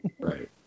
Right